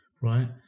right